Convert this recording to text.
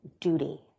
duty